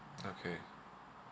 okay